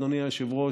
אדוני היושב-ראש,